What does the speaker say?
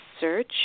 search